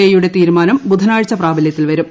I യുടെ തീരുമാനം ബുധനാഴ്ച പ്രാബല്യത്തിൽ വരും